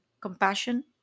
compassion